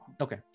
Okay